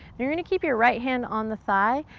and you're gonna keep your right hand on the thigh,